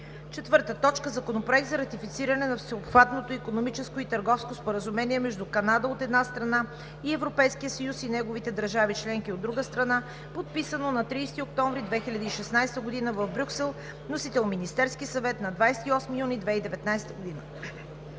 2019 г. 4. Законопроект за ратифициране на Всеобхватното икономическо и търговско споразумение между Канада, от една страна, и Европейския съюз и неговите държави членки, от друга страна, подписано на 30 октомври 2016 г. в Брюксел. Вносител – Министерският съвет, 28 юни 2019 г.